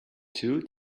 two